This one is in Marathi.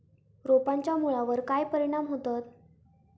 रोपांच्या मुळावर काय परिणाम होतत?